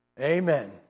Amen